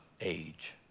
age